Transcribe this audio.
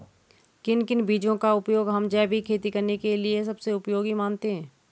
किन किन बीजों का उपयोग हम जैविक खेती करने के लिए सबसे उपयोगी मानते हैं?